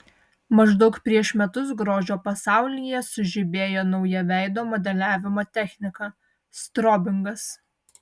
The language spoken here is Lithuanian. maždaug prieš metus grožio pasaulyje sužibėjo nauja veido modeliavimo technika strobingas